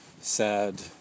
sad